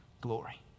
glory